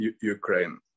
Ukraine